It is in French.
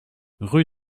rue